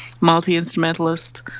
multi-instrumentalist